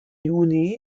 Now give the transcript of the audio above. juni